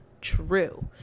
true